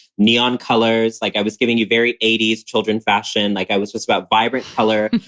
neon colors, like i was giving you very eighty s children fashion, like i was just about vibrant color.